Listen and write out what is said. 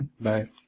Bye